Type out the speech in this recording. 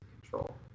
control